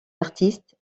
artistes